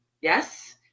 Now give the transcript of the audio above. Yes